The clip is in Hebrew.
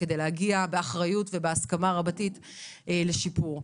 כדי להגיע באחריות ובהסכמה רבתי לשיפור.